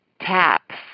taps